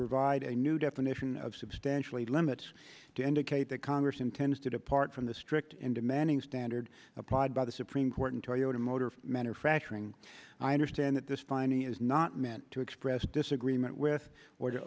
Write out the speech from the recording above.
provide a new definition of substantially limits to indicate that congress intends to depart from the strict and demanding standard applied by the supreme court in toyota motor manufacturing i understand that this finding is not meant to express disagreement with